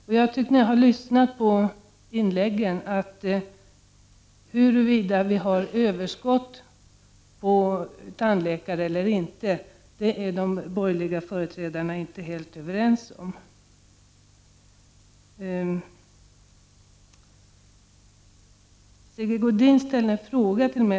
När jag har lyssnat på inläggen tycker jag mig ha funnit att de borgerliga företrädarna inte är helt överens om huruvida det finns överskott på tandläkare eller inte. Sigge Godin ställde en fråga till mig.